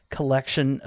Collection